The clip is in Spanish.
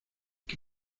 que